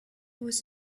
was